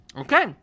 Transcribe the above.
okay